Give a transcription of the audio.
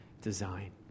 design